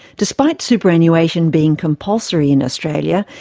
despite superannuation being compulsory in australia,